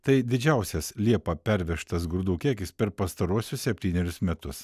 tai didžiausias liepą pervežtas grūdų kiekis per pastaruosius septynerius metus